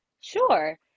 Sure